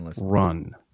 run